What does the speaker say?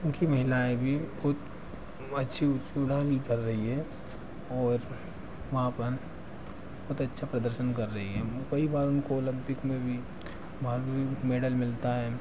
क्योंकि महिलाएँ भी बहुत अच्छी भी कर रही है और वहाँ पर बहुत अच्छा प्रदर्शन कर रही है वो कई बार उनको ओलम्पिक में भी वहाँ पर भी मेडल मिलता है